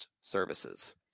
services